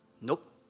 Nope